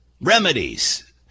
remedies